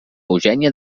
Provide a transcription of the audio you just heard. eugènia